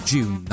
June